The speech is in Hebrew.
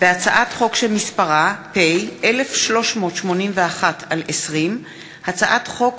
הצעת חוק מתן סיוע ריאלי בשכר דירה לזכאים,